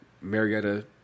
Marietta